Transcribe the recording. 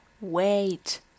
wait